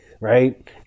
right